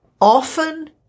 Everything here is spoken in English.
Often